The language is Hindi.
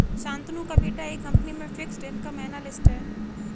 शांतनु का बेटा एक कंपनी में फिक्स्ड इनकम एनालिस्ट है